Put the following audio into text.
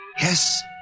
Yes